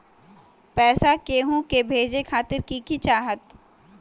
पैसा के हु के भेजे खातीर की की चाहत?